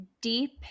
Deep